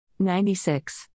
96